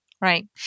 Right